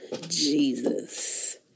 Jesus